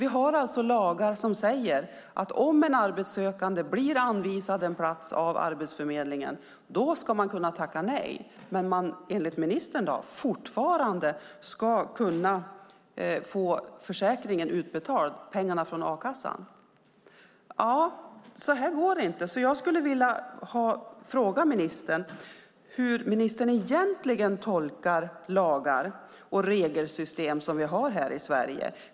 Vi har lagar som säger att om man som arbetssökande blir anvisad en plats av Arbetsförmedlingen ska man kunna tacka nej, men enligt ministern ska man fortfarande kunna få pengarna från a-kassan utbetalda. Det här går inte ihop. Jag skulle vilja fråga ministern hur han egentligen tolkar de lagar och regelsystem vi har i Sverige.